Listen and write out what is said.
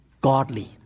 godly